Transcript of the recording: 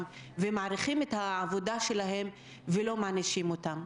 ומעריכים את העובדה שלהן ולא מענישים אותן.